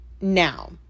Now